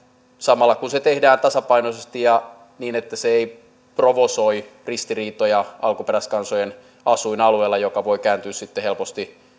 samalla kun se tehdään tasapainoisesti ja niin että se ei provosoi ristiriitoja alkuperäiskansojen asuinalueilla mikä voi kääntyä sitten helposti